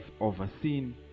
overseen